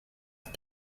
not